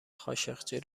خاشقچی